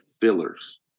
fillers